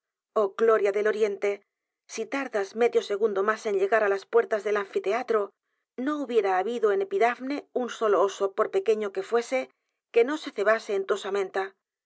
oh gloria del oriente si tardas m e dio segundo más en llegar á las puertas del anfiteatro no hubiera habido en epidafne un solo oso por pequeño que fuese que no se cebase en tu osamenta